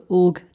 org